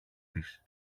της